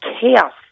chaos